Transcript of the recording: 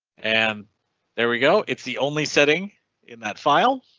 and there we go. it's the only setting in that file,